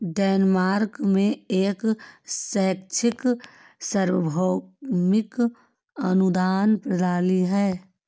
Denmark में एक शैक्षिक सार्वभौमिक अनुदान प्रणाली है